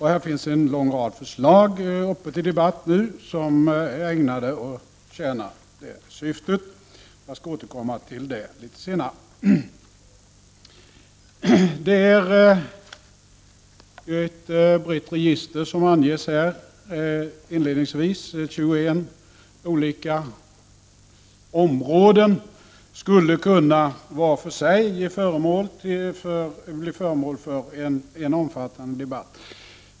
Här finns nu en lång rad förslag uppe till debatt som är ägnade att tjäna det syftet — jag skall återkomma till det litet senare. Inledningsvis anges här ett brett register. 21 olika områden skulle var för sig kunna bli föremål för en omfattande debatt.